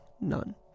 None